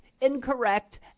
incorrect